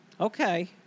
Okay